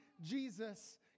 Jesus